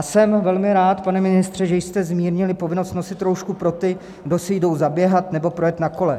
Jsem velmi rád, pane ministře, že jste zmírnili povinnost nosit roušku pro ty, kdo si jdou zaběhat nebo projet na kole.